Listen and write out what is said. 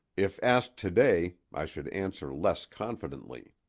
if asked to-day i should answer less confidently.